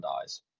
dies